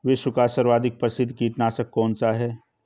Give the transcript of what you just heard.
विश्व का सर्वाधिक प्रसिद्ध कीटनाशक कौन सा है?